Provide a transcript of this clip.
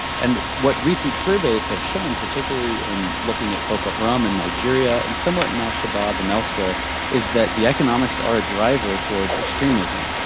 and what recent surveys have shown, particularly in looking at boko haram in nigeria and somewhat in al-shabab and elsewhere is that the economics are a driver toward extremism.